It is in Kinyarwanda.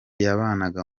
yabanaga